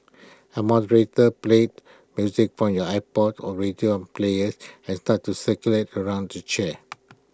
A moderator plays music from your iPod or radio and players has start to circle around the chairs